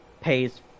pays